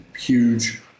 huge